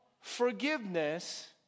forgiveness